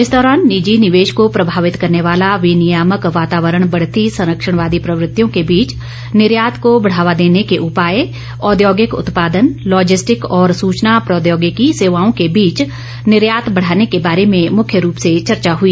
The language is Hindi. इस दौरान निजी निवेश को प्रभावित करने वाला विनियामक वातावरण बढ़ती सरंक्षणवादी प्रवृत्तियों के बीच निर्यात को बढ़ावा देने के उपाय औद्योगिक उत्पादन लॉजिस्टिक और सूचना प्रौद्योगिकी सेवाओं के बीच निर्यात बढ़ाने के बारे में मुख्य रूप से चर्चा हुई